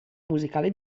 musicale